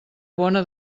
bona